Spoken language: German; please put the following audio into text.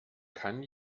kann